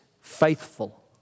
faithful